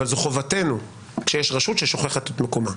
אבל זו חובתנו כשיש רשות ששוכחת במקומה.